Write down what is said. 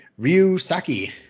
Ryusaki